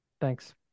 Thanks